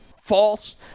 false